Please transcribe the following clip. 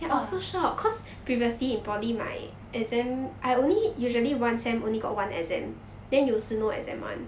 !wah!